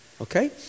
okay